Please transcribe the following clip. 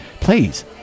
please